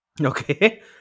Okay